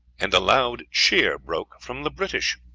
and a loud cheer broke from the british.